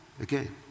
again